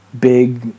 big